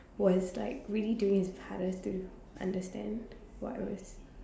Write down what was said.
was like really doing his hardest do you understand what I was